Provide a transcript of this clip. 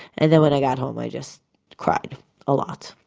and then when i got home i just cried a lot,